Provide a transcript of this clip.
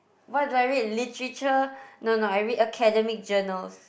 what do I read literature no no I read academic journal